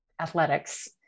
athletics